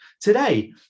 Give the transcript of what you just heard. today